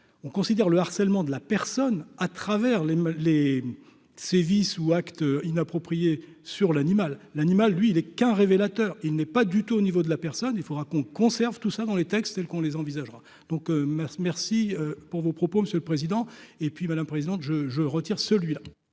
on considère le harcèlement de la personne à travers les les sévices ou actes inappropriés sur l'animal, l'animal lui il est qu'un révélateur : il n'est pas du tout au niveau de la personne, il faudra qu'on conserve tout ça dans les textes tels qu'on les envisagera donc merci, merci pour vos propos, monsieur le président, et puis présidente je je retire celui-là.